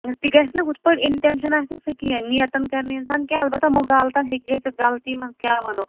تہِ گَژھہِ نہٕ ہُتھ پٲٹھۍ اِنٹیٚنشن آسہِ نہٕ سُہ کیٚنٛہہ نیتن کَرنہٕ اِنسان کیٚنٛہہ البتہ مُغالتن ہیٚکہِ گٔژتھ غلطی منٛز کیاہ وَنو